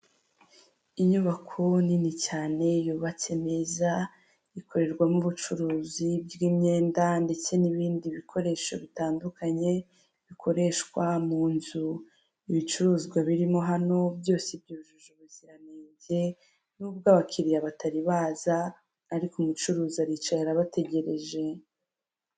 Inyubako nini cyane yubatse neza, ikorerwamo ubucuruzi bw'imyenda, ndetse n'ibindi bikoresho bitandukanye, bikoreshwa mu nzu. Ibicuruzwa birimo hano byose byujuje ubuziranenge, n'ubwo abakiriya batari baza, ariko umucuruzi aricaye abategereje.